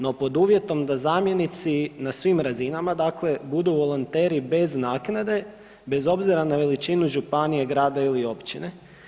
No pod uvjetom da zamjenici na svim razinama dakle budu volonteri bez naknade bez obzira na veličinu županije, grada ili općine.